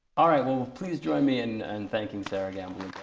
all right, well, please join me in thanking sera gamble.